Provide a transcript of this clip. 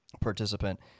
participant